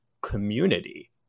community